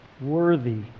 worthy